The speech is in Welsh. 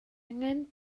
angen